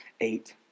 eight